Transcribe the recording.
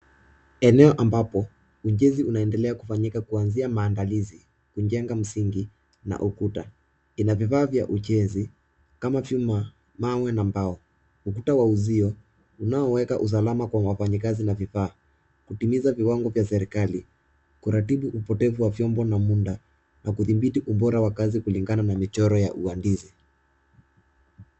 Eneo ambapo ujenzi unaendelea kufanyika kuanzia maandalizi, kujenga msingi na ukuta. Inavyovaa vya ujenzi kama vyuma, mawe na mbao. Ukuta wa uzio unaoweka usalama kwa wafanyakazi na vifaa, kutimiza viwango vya serikali, kuratibu upotevu wa vyombo na muunda na kudhibiti ubora wa kazi kulingana na michoro ya uhandisi.